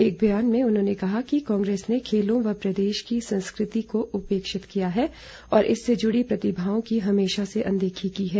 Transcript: एक बयान में उन्होंने कहा कि कांग्रेस ने खेलों व प्रदेश की संस्कृति को उपेक्षित किया और इससे जुड़ी प्रतिभाओं की हमेशा से अनदेखी की है